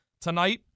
Tonight